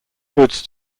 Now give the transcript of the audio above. goods